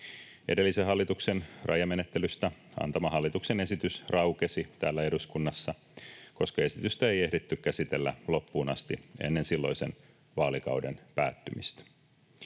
Edellisen hallituksen rajamenettelystä antama hallituksen esitys raukesi täällä eduskunnassa, koska esitystä ei ehditty käsitellä loppuun asti ennen silloisen vaalikauden päättymistä.